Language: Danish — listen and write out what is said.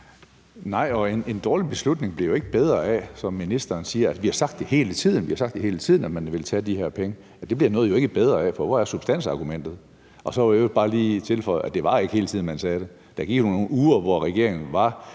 og en dårlig beslutning bliver jo ikke bedre af, at man som ministeren siger: Vi har sagt det hele tiden, vi har sagt det hele tiden, altså at man ville tage de her penge. Det bliver noget jo ikke bedre af, for hvor er substansargumentet? Så vil jeg i øvrigt bare lige tilføje, at det ikke var hele tiden, man sagde det. Der gik jo nogle uger, hvor regeringen var